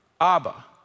Abba